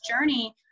journey